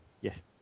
Yes